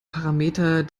parameter